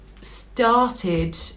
started